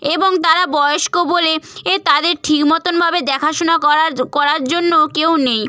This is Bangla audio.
এবং তারা বয়স্ক বলে এ তাদের ঠিক মতনভাবে দেখাশুনা করা করার জন্য কেউ নেই